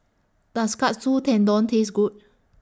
Does Katsu Tendon Taste Good